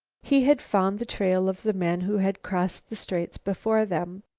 he had found the trail of the men who had crossed the straits before them.